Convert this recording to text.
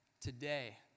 today